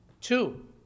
Two